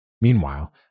Meanwhile